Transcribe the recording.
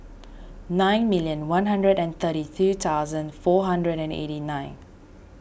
nine million one hundred and thirty two thousand four hundred and eighty nine